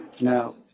Now